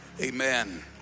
Amen